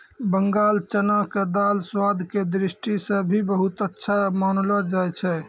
बंगाल चना के दाल स्वाद के दृष्टि सॅ भी बहुत अच्छा मानलो जाय छै